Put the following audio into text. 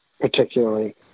particularly